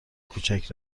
کوچک